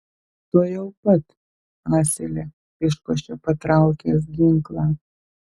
tuojau pat asile iškošė patraukęs ginklą